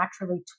naturally